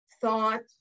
thought